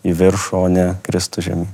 į viršų o ne kristų žemyn